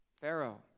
Pharaoh